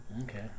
Okay